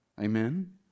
Amen